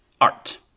art